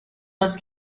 است